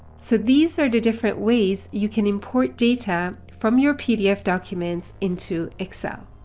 so these are the different ways you can import data from your pdf documents into excel.